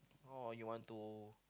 or you want to